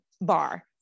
bar